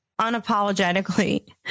unapologetically